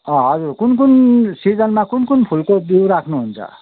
अँ हजुर कुन कुन सिजनमा कुन कुन फुलको बिउ राख्नुहुन्छ